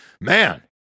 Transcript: man